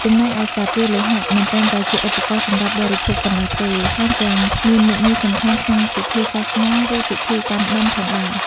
ចំណែកឯស្លាបព្រាលោហៈ មិនត្រឹមតែជាឧបករណ៍សម្រាប់បរិភោគប៉ុណ្ណោះទេ ថែមទាំងមានមុខងារសំខាន់ក្នុងពិធីសាសនា ឬពិធីកាន់បិណ្ឌ ផងដែរ។